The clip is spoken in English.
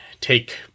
take